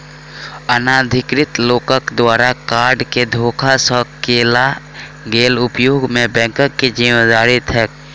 अनाधिकृत लोकक द्वारा कार्ड केँ धोखा सँ कैल गेल उपयोग मे बैंकक की जिम्मेवारी छैक?